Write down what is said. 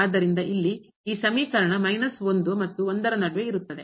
ಆದ್ದರಿಂದ ಇಲ್ಲಿ ಈ ಸಮೀಕರಣ ಮತ್ತು ನಡುವೆ ಇರುತ್ತದೆ